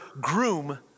groom